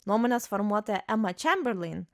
nuomonės formuotoja ema čemberlein